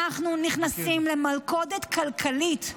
אנחנו נכנסים למלכודת כלכלית.